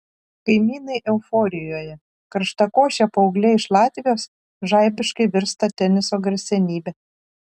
kaimynai euforijoje karštakošė paauglė iš latvijos žaibiškai virsta teniso garsenybe